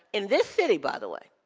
in this city, by the way,